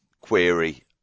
query